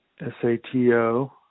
S-A-T-O